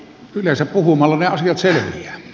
yleensä puhumalla ne asiat selviävät